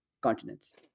continents